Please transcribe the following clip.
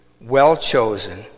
well-chosen